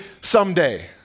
someday